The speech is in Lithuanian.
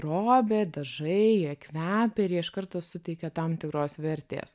drobės dažai jie kvepia ir jie iš karto suteikia tam tikros vertės